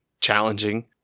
challenging